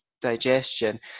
digestion